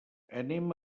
anem